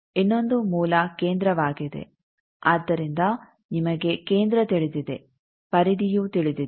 ಇನ್ನೊಂದು ಮೂಲ ಕೇಂದ್ರವಾಗಿದೆ ಆದ್ದರಿಂದ ನಿಮಗೆ ಕೇಂದ್ರ ತಿಳಿದಿದೆ ಪರಿಧಿಯೂ ತಿಳಿದಿದೆ